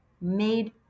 made